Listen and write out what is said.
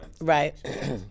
Right